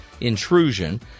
intrusion